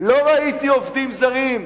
לא ראיתי עובדים זרים,